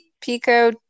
Pico